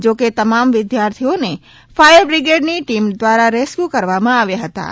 જો કે તમામ વિદ્યાર્થીઓને ફાયરબ્રિગેડની ટીમ દ્વારા રેસ્ક્યુ કરવામાં આવ્યાં હતાં